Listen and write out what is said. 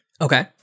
Okay